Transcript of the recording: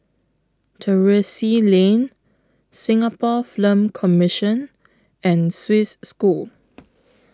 Terrasse Lane Singapore Film Commission and Swiss School